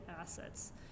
assets